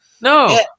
No